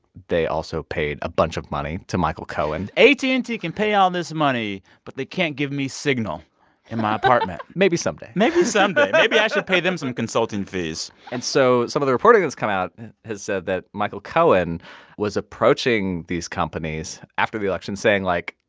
they also paid a bunch of money to michael cohen at and t can pay all this money, but they can't give me signal in my apartment. maybe someday maybe someday maybe i should pay them some consulting fees and so some of the reporting that's come out has said that michael cohen was approaching these companies after the election, saying, like,